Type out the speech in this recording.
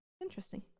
interesting